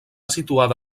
situada